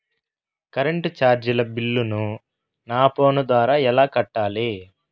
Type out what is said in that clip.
Current చార్జీల బిల్లును, నా ఫోను ద్వారా ఎలా కట్టాలి?